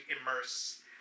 immerse